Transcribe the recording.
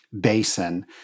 basin